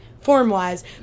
form-wise